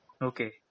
Okay